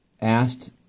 asked